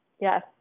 Yes